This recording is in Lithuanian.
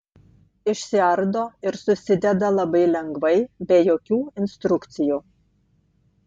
išsiardo ir susideda labai lengvai be jokių instrukcijų